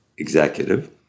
executive